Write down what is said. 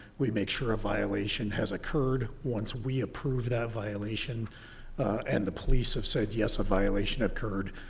we make sure a violation has occurred. once we approve that violation and the police have said yes, a violation occurred,